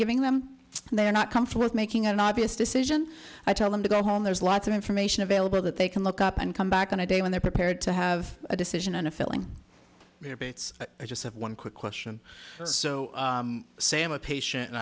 giving them and they're not comfortable making an obvious decision i tell them to go home there's lots of information available that they can look up and come back on a day when they're prepared to have a decision on a filling repeats i just have one quick question so say i'm a patient and